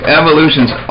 evolution's